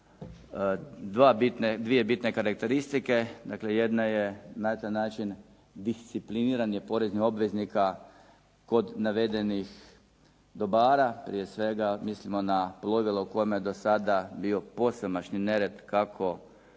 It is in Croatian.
dvije bitne karakteristike. Dakle jedna je na taj način discipliniranje poreznih obveznika kod navedenih dobara, prije svega mislimo na plovila u kojima je do sada bio posvemašnji nered kako